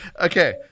Okay